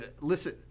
Listen